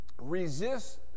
resist